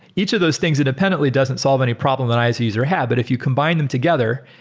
each of those things independently doesn't solve any problem that i as a user have, but if you combine them together,